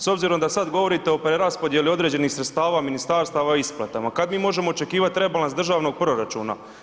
S obzirom da sad govorite o preraspodjeli određenih sredstava ministarstava i isplatama, kad mi možemo očekivati rebalans državnog proračuna?